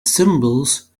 symbols